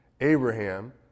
Abraham